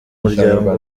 muryango